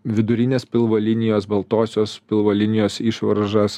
vidurinės pilvo linijos baltosios pilvo linijos išvaržas